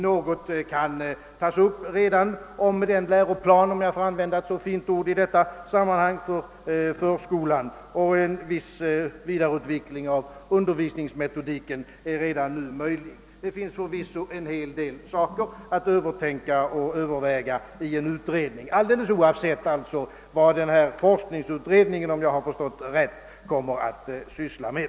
Vissa spörsmål rörande läro planen för förskolan — om jag får använda ett så fint ord i sammanhanget — kan tas upp, och en viss vidareutveckling av =: undervisningsmetodiken är redan nu möjlig. Det finns förvisso en hel del frågor att tänka över och penetrera i en utredning, alldeles oavsett vad en forskningsutredning rörande förskoleålderns problem kommer att syssla med.